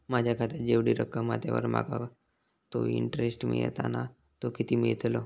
माझ्या खात्यात जेवढी रक्कम हा त्यावर माका तो इंटरेस्ट मिळता ना तो किती मिळतलो?